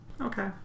Okay